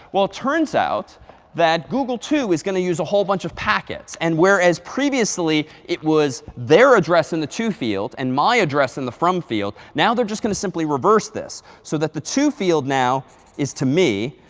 well, it turns out that google too is going to use a whole bunch of packets. and whereas previously, it was their address in the to field and my address in the from field, now they're just going to simply reverse this so that the to field now is to me,